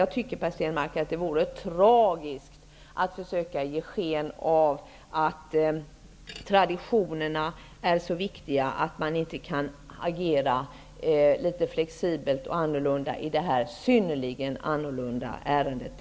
Jag tycker, Per Stenmarck, att det vore tragiskt att försöka ge sken av att traditionerna är så viktiga att man inte kan agera flexibelt och annorlunda i det här synnerligen annorlunda ärendet.